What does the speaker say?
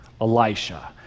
Elisha